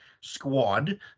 squad